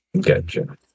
Gotcha